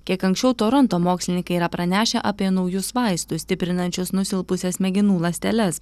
kiek anksčiau toronto mokslininkai yra pranešę apie naujus vaistus stiprinančius nusilpusias smegenų ląsteles